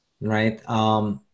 right